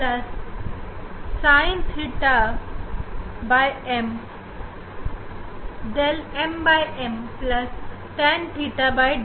अब हम log लेंगे और वहां से 𝛿 ƛƛ निकालेंगे